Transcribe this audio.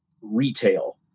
retail